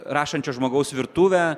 rašančio žmogaus virtuvę